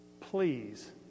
Please